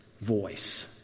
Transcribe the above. voice